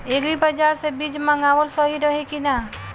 Agri बाज़ार से बीज मंगावल सही रही की ना?